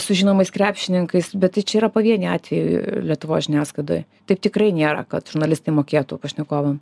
su žinomais krepšininkais bet tai čia yra pavieniai atvejai lietuvos žiniasklaidoj taip tikrai nėra kad žurnalistai mokėtų pašnekovam